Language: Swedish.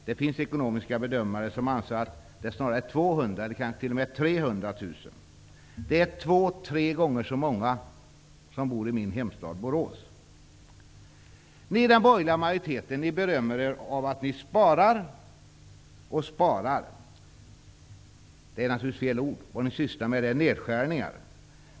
Det finns ekonomiska bedömare som anser att det snarare är 200 000 eller t.o.m. 300 000. Det är två tre gånger så många som bor i min hemstad Borås. Ni i den borgerliga majoriteten berömmer er av att ni sparar och sparar. Det är ju naturligtvis fel ord. Vad ni sysslar med är nedskärningar.